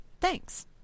Thanks